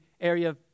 area